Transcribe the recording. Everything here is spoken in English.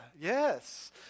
yes